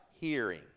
hearing